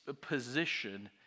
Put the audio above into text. position